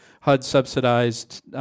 HUD-subsidized